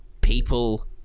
people